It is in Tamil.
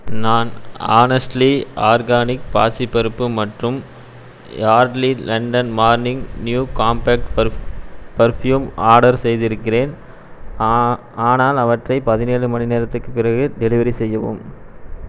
நான் ஹானெஸ்ட்லி ஆர்கானிக் பாசிப் பருப்பு மற்றும் Yardley London morning new compact perfume order செய்திருக்கிறேன் ஆனால் அவற்றை பதினேழு மணி நேரத்துக்குப் பிறகு டெலிவரி செய்யவும்